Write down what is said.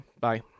bye